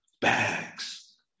bags